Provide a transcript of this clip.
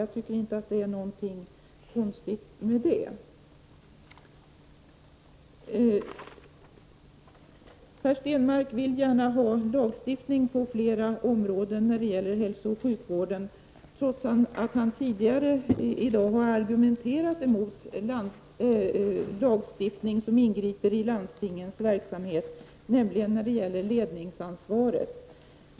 Jag tycker inte att det är någonting konstigt med det. Per Stenmarck vill gärna ha en lagstiftning på flera områden när det gäller hälsooch sjukvården, trots att han tidigare i dag har argumenterat emot lagstiftning som ingriper i landstingsverksamheten när det gäller ledningsansvaret.